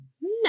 No